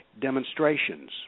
demonstrations